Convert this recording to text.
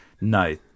no